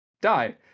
die